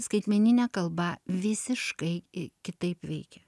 skaitmeninė kalba visiškai kitaip veikia